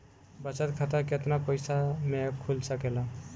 बचत खाता केतना पइसा मे खुल सकेला?